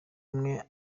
mwe